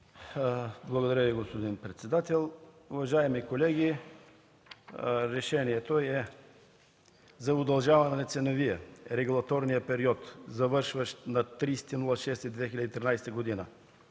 Благодаря Ви, господин председател. Уважаеми колеги, решението е за удължаване на ценовия/ регулаторния период, завършващ на 30 юни 2013 г.